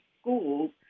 schools